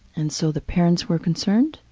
and so the parents were concerned,